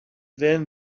then